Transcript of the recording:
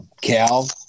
Cal